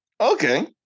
Okay